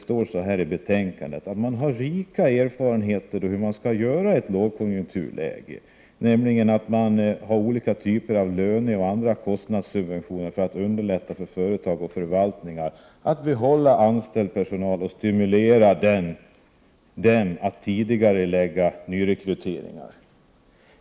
Man säger i betänkandet att man har rika erfarenheter av hur man skall göra i en lågkonjunktur. Man inrättar ”olika typer av löneoch andra kostnadssubventioner för att underlätta för företag och förvaltningar att behålla anställd personal och stimulera dem att tidigarelägga nyrekryteringar”.